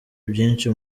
byinshi